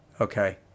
Okay